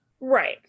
Right